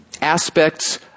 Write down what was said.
aspects